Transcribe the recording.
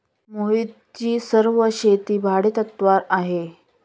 मोहितची सर्व शेती भाडेतत्वावर आहे